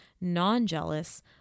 non-jealous